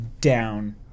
down